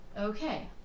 okay